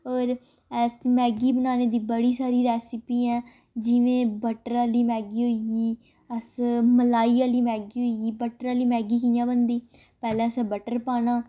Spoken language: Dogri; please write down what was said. होर अस मैगी बनाने दी बड़ी सारी रेस्पी ऐ जिवें बट्टर आह्ली मैगी होई गेई अस मलाई आह्ली मैगी बट्टर आह्ली कि'यां बनदी पैह्लें असें बट्टर पाना